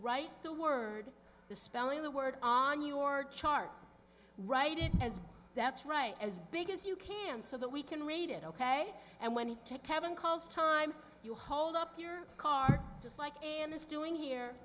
write the word the spelling the word on your chart write it as that's right as big as you can so that we can read it ok and when he takes seven calls time you hold up your car just like a man is doing here